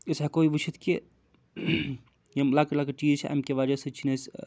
أسۍ ہٮ۪کو یہِ وٕچھِتھ کہِ یِم لۄکٕٹۍ لۄکٕٹۍ چیٖز چھِ اَمہِ کہِ وجہ سۭتۍ چھِنہٕ أسۍ